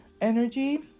energy